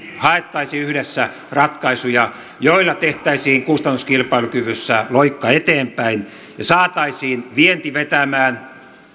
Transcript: haettaisiin yhdessä ratkaisuja joilla tehtäisiin kustannuskilpailukyvyssä loikka eteenpäin ja saataisiin vienti vetämään